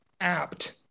apt